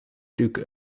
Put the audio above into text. duke